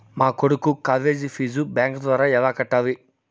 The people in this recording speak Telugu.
మా కొడుకు కాలేజీ ఫీజు బ్యాంకు ద్వారా ఎలా కట్టాలి?